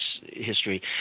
history